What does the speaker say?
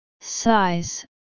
Size